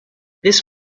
this